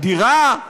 דירה?